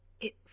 It